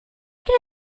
get